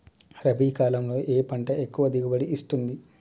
రబీ కాలంలో ఏ పంట ఎక్కువ దిగుబడి ఇస్తుంది?